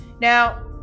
Now